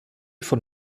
von